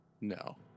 No